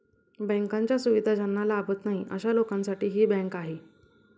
बँकांच्या सुविधा ज्यांना लाभत नाही अशा लोकांसाठी ही बँक आहे